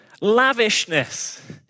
lavishness